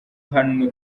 hano